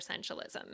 essentialism